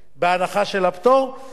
בארבע פעימות,